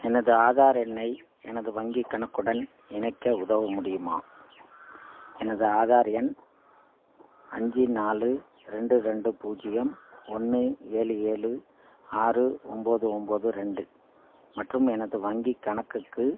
எனது ஆதார் எண்ணை எனது வங்கிக் கணக்குடன் இணைக்க உதவ முடியுமா எனது ஆதார் எண் அஞ்சு நாலு ரெண்டு ரெண்டு பூஜ்ஜியம் ஒன்று ஏழு ஏழு ஆறு ஒம்பது ஒம்பது ரெண்டு மற்றும் எனது வங்கிக் கணக்குக்கு